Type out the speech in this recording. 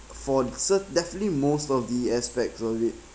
for cert~ definitely most of the aspects of it